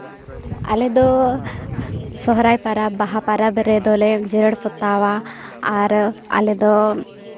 ᱟᱞᱮ ᱫᱚ ᱥᱚᱦᱨᱟᱭ ᱯᱟᱨᱟᱵᱽ ᱵᱟᱦᱟ ᱯᱟᱨᱟᱵᱽ ᱨᱮᱫᱚᱞᱮ ᱡᱮᱨᱮᱲ ᱯᱚᱛᱟᱣᱟ ᱟᱨ ᱟᱞᱮ ᱫᱚ